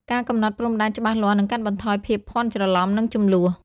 ការកំណត់ព្រំដែនច្បាស់លាស់នឹងកាត់បន្ថយភាពភ័ន្តច្រឡំ និងជម្លោះ។